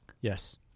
yes